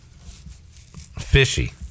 fishy